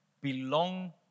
belong